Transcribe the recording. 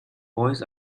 boys